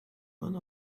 none